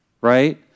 right